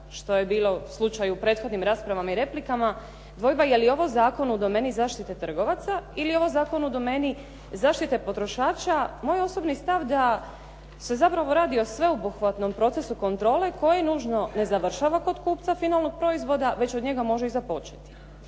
što je bilo u slučaju u prethodnim raspravama i replikama, dvojba je li ovo zakon u domeni zaštite trgovaca ili je ovo zakon u domeni zaštite potrošača? Moj osobni stav je da se zapravo radi o sveobuhvatnom procesu kontrole koji nužno ne završava kod kupca finalnog proizvoda, već od njega može i započeti.